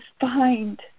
find